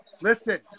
Listen